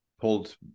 pulled